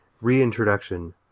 reintroduction